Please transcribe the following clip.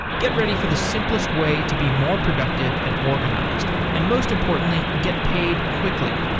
get ready for the simplest way to be more productive and organized. and most importantly, get paid quickly.